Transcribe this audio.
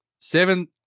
Seven